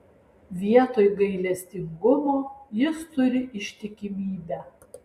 vietoj gailestingumo jis turi ištikimybę